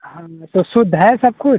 हाँ तो शुद्ध है सब कुछ